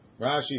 Rashi